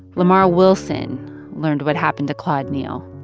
lamar wilson learned what happened to claude neal,